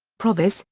provis,